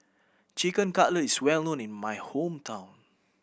Chicken Cutlet is well known in my hometown